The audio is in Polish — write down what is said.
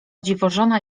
dziwożona